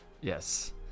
Yes